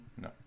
No